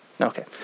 Okay